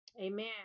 Amen